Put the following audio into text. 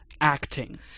acting